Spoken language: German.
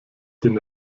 den